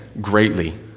greatly